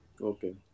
okay